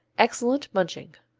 excellent munching.